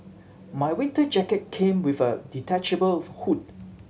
my winter jacket came with a detachable hood